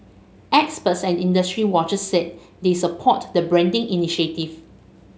experts and industry watchers said they support the branding initiative